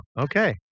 okay